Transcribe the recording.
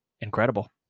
incredible